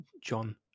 John